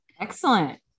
Excellent